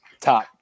top